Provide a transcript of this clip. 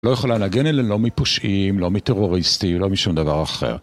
לא יכולה להגן אלה לא מפושעים, לא מטרוריסטים, לא משום דבר אחר.